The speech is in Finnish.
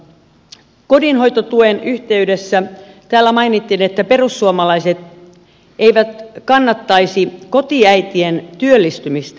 kotihoidon tuen yhteydessä täällä mainittiin että perussuomalaiset eivät kannattaisi kotiäitien työllistymistä